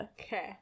okay